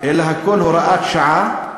אלא הכול הוראת שעה,